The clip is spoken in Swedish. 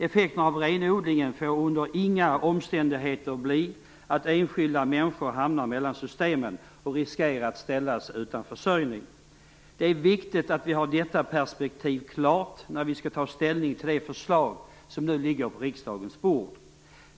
Effekterna av renodlingen får under inga omständigheter bli att enskilda människor hamnar mellan systemen och riskerar att ställas utan försörjning. Det är viktigt att vi har detta perspektiv klart när vi skall ta ställning till de förslag som nu ligger på riksdagens bord.